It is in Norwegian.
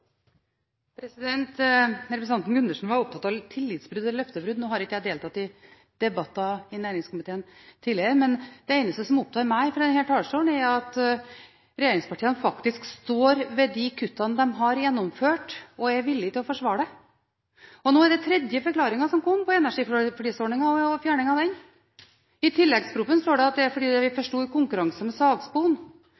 Representanten Gundersen var opptatt av tillitsbrudd, eller løftebrudd. Nå har ikke jeg deltatt i debatter i næringskomiteen tidligere, men det eneste som opptar meg fra denne talerstolen, er at regjeringspartiene faktisk står ved de kuttene de har gjennomført, og er villig til å forsvare dem. Nå er det tredje forklaringen som kom på fjerningen av energiflisordningen. I tilleggsproposisjonen står det at det er fordi det er litt for